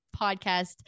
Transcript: podcast